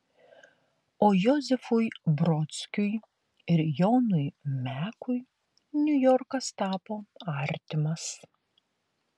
o josifui brodskiui ir jonui mekui niujorkas tapo artimas